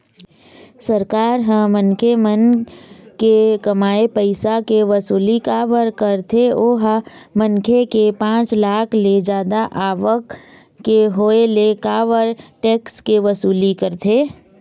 सरकार ह मनखे मन के कमाए पइसा के वसूली काबर कारथे ओहा मनखे के पाँच लाख ले जादा आवक के होय ले काबर टेक्स के वसूली करथे?